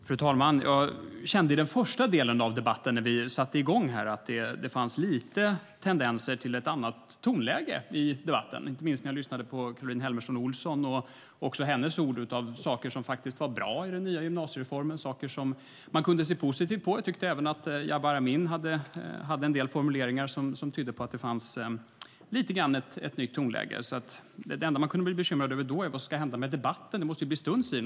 Fru talman! I den första delen av debatten kände jag att det fanns små tendenser till ett annat tonläge. Det kände jag när jag lyssnade inte minst till Caroline Helmersson Olsson, som tog upp en del saker som enligt hennes ord var bra med den nya gymnasiereformen och som man kunde se positivt på. Jag tyckte att även Jabar Amin hade en del formuleringar som tydde på något av ett nytt tonläge. Det man kunde bli bekymrad över då är hur det skulle bli med debatten: Det måste ju bli stuns i den.